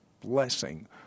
blessing—